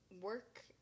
work